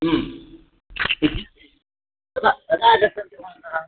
कदा कदा आगच्छन्ति भवन्तः